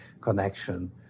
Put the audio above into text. connection